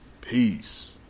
peace